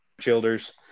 Childers